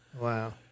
Wow